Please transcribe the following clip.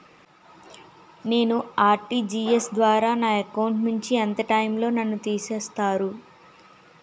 నేను ఆ.ర్టి.జి.ఎస్ ద్వారా నా అకౌంట్ నుంచి ఎంత టైం లో నన్ను తిసేస్తారు?